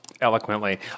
eloquently